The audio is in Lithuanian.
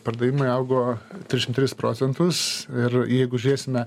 pardavimai augo trisdešim tris procentus ir jeigu žiūrėsime